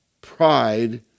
Pride